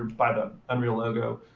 by the unreal logo,